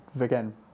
again